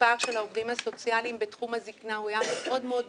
המספר של העובדים הסוציאליים בתחום הזקנה היה מאוד מאוד נמוך,